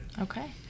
Okay